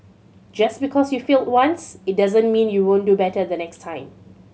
just because you failed once it doesn't mean you won't do better the next time